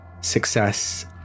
success